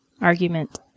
argument